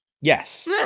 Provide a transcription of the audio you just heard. Yes